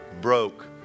Broke